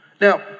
Now